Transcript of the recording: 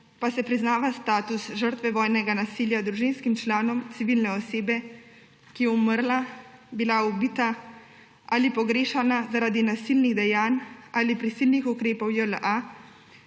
pa se priznava status žrtve vojnega nasilja družinskim članom civilne osebe, ki je umrla, bila ubita ali pogrešana zaradi nasilnih dejanj ali prisilnih ukrepov JLA